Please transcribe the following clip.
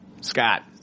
Scott